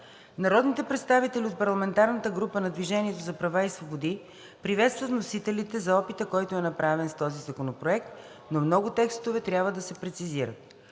Народните представители от парламентарната група на „Движение за права и свободи“ приветстват вносителите за опита, който е направен с този законопроект, но много текстове трябва да се прецизират.